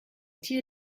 tier